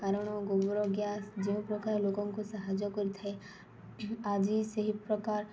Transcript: କାରଣ ଗୋବର ଗ୍ୟାସ୍ ଯେଉଁ ପ୍ରକାର ଲୋକଙ୍କୁ ସାହାଯ୍ୟ କରିଥାଏ ଆଜି ସେହି ପ୍ରକାର